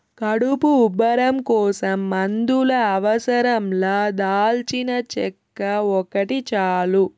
కడుపు ఉబ్బరం కోసం మందుల అవసరం లా దాల్చినచెక్క ఒకటి చాలు